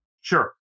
Sure